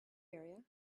area